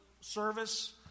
service